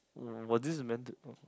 was this is meant to